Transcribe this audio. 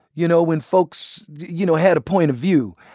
you know, when folks, you know, had a point of view.